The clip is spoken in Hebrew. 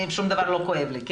שום דבר לא כואב לי.